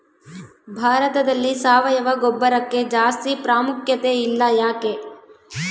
ಭಾರತದಲ್ಲಿ ಸಾವಯವ ಗೊಬ್ಬರಕ್ಕೆ ಜಾಸ್ತಿ ಪ್ರಾಮುಖ್ಯತೆ ಇಲ್ಲ ಯಾಕೆ?